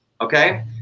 Okay